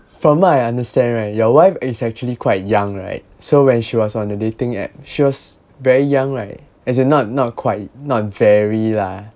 from what I understand right your wife is actually quite young right so when she was on the dating app she was very young right as in not not quite not very lah